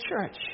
church